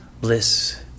bliss